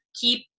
keep